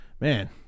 man